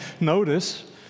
notice